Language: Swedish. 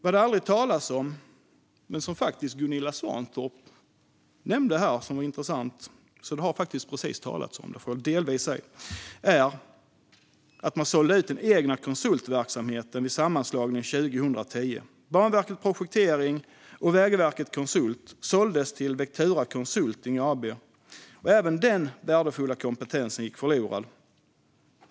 Vad det aldrig talas om - fast Gunilla Svantorp nämnde det här, så det har faktiskt precis talats om det - är att man sålde ut den egna konsultverksamheten vid sammanslagningen 2010. Banverket Projektering och Vägverket Konsult såldes till Vectura Consulting AB, och även denna värdefulla kompetens gick förlorad.